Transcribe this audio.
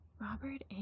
Robert